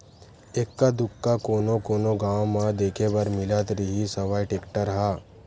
एक्का दूक्का कोनो कोनो गाँव म देखे बर मिलत रिहिस हवय टेक्टर ह